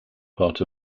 part